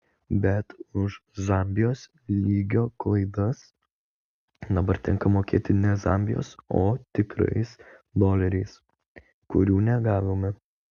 bet už zambijos lygio klaidas dabar tenka mokėti ne zambijos o tikrais doleriais kurių negavome